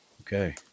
Okay